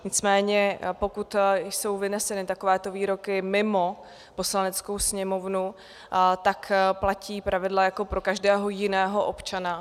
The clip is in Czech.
Nicméně pokud jsou vyneseny takovéto výroky mimo Poslaneckou sněmovnu, tak platí pravidla jako pro každého jiného občana.